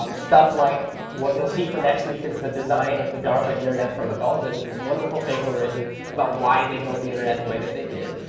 um stuff like what you'll see for next week is the design of the darpa internet protocols. it was this wonderful paper written about why they built the internet way that they did.